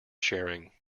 sharing